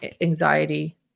Anxiety